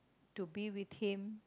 to be with him